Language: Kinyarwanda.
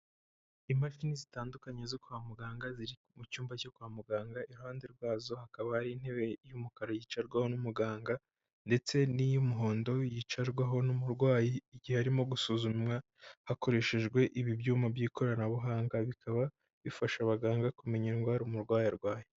Imashini zitandukanye zo kwa muganga, ziri mu cyumba cyo kwa muganga, iruhande rwazo hakaba hari intebe y'umukara yicarwaho n'umuganga ndetse n'iy'umuhondo yicarwaho n'umurwayi igihe arimo gusuzumwa hakoreshejwe ibyuma by'ikoranabuhanga. Bikaba bifasha abaganga kumenya indwara umurwayi arwaye.